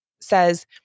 says